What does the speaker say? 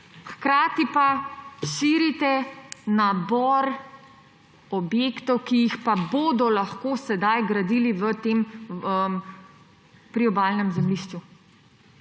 Hkrati pa širite nabor objektov, ki jih pa bodo lahko sedaj gradili na tem priobalnem zemljišču.